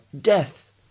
death